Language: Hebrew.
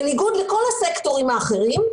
בניגוד לכל הסקטורים האחרים,